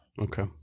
okay